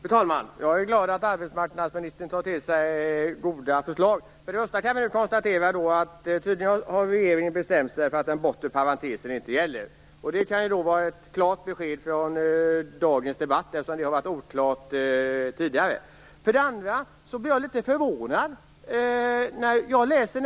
Fru talman! Jag är glad att arbetsmarknadsministern är beredd att ta till sig goda förslag. Tydligen har regeringen bestämt sig för att den bortre parentesen inte skall gälla. Det är ett klart besked i dagens debatt, eftersom detta tidigare har varit oklart. Sedan blir jag litet förvånad.